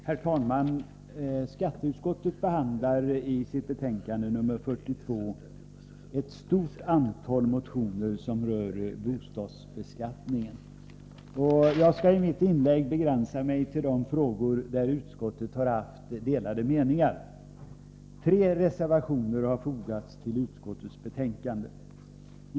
Herr talman! Skatteutskottet behandlar i sitt betänkande nr 42 ett stort antal motioner som rör bostadsbeskattningen. Jag skall i mitt inlägg begränsa mig till de frågor där utskottet har haft delade meningar. Tre reservationer har fogats till utskottets betänkande.